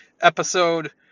episode